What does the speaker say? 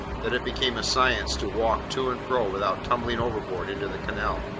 that it became a science to walk to and fro without tumbling overboard into the canal.